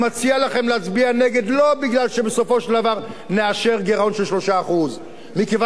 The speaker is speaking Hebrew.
לא כי בסופו של דבר נאשר גירעון של 3% מכיוון שהניהול הזה יימשך.